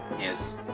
Yes